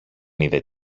είδε